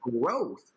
growth